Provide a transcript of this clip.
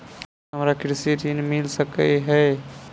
हमरा कृषि ऋण मिल सकै है?